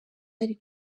ari